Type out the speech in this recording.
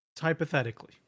Hypothetically